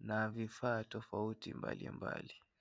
na vifaa tofauti mbalimbali.